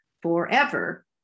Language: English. forever